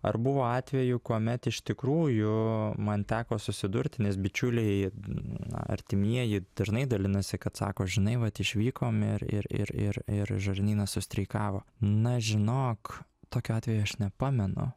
ar buvo atvejų kuomet iš tikrųjų man teko susidurti nes bičiuliai na artimieji dažnai dalinasi kad sako žinai vat išvykom ir ir ir ir ir žarnynas sustreikavo na žinok tokio atvejo aš nepamenu